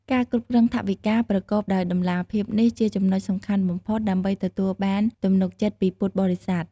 ការគ្រប់គ្រងថវិកាប្រកបដោយតម្លាភាពនេះជាចំណុចសំខាន់បំផុតដើម្បីទទួលបានទំនុកចិត្តពីពុទ្ធបរិស័ទ។